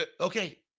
Okay